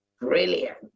brilliant